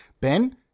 Ben